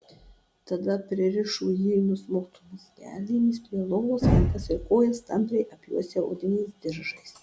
tada pririšo jį nusmauktomis kelnėmis prie lovos rankas ir kojas tampriai apjuosę odiniais diržais